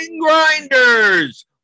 Grinders